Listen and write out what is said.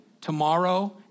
tomorrow